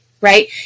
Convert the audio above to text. right